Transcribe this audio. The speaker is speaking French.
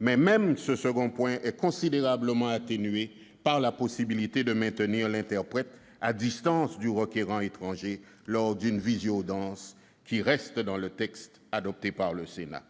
Mais même ce second point est considérablement atténué par la possibilité de maintenir l'interprète à distance du requérant étranger lors d'une vidéo-audience, qui reste dans le texte adopté par le Sénat.